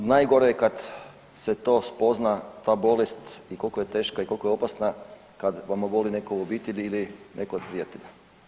Najgore je kad se to spozna, ta bolest i koliko je teška i koliko je opasna kad vam oboli netko u obitelji ili netko od prijatelja.